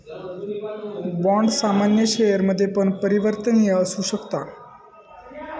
bond सामान्य शेयरमध्ये पण परिवर्तनीय असु शकता